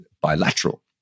bilateral